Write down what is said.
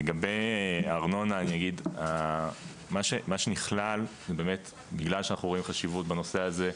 לגבי הארנונה בגלל שאנחנו רואים חשיבות בנושא הזה,